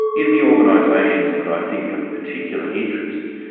in the organisations that i think have a particular interest,